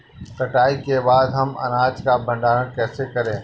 कटाई के बाद हम अनाज का भंडारण कैसे करें?